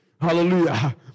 Hallelujah